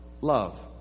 love